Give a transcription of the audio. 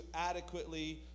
adequately